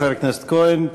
תודה לחבר הכנסת כהן.